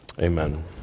Amen